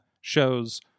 shows